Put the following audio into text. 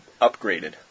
upgraded